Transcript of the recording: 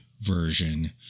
version